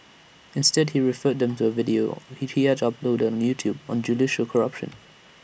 instead he referred them to A video he he had uploaded on YouTube on judicial corruption